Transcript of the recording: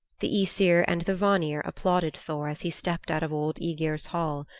the aesir and the vanir applauded thor as he stepped out of old aegir's hall.